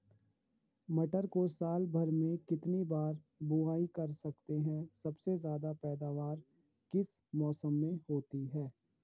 मटर को साल भर में कितनी बार बुआई कर सकते हैं सबसे ज़्यादा पैदावार किस मौसम में होती है?